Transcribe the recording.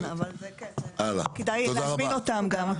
כדאי גם להזמין אותם.